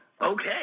Okay